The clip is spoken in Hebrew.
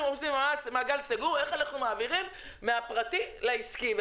מעגל סגור איך אנחנו מעבירים מהפרטי לעסקי.